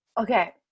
okay